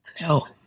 no